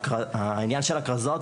העניין של הכרזות,